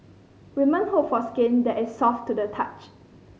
woman hope for skin that is soft to the touch